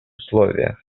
условиях